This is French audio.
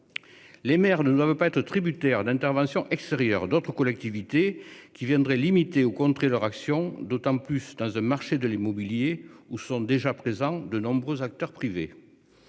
Les maires ne doivent pas être tributaire d'intervention extérieure. D'autres collectivités qui viendrait limiter aux contrer leur action d'autant plus dans un marché de l'immobilier où sont déjà présents. De nombreux acteurs privés.